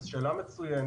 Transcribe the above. זו שאלה מצוינת,